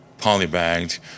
polybagged